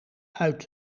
uit